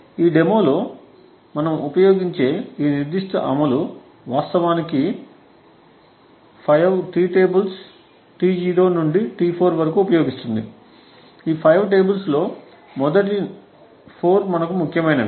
ఈ డెమోలో మనం ఉపయోగించే ఈ నిర్దిష్ట అమలు వాస్తవానికి 5 T టేబుల్స్ T0 నుండి T4 వరకు ఉపయోగిస్తుంది ఈ 5 టేబుల్స్ లో మొదటి 4 మనకు ముఖ్యమైనవి